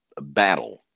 battle